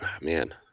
man